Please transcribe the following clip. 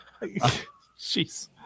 Jeez